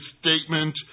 statement